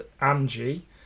Angie